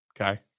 Okay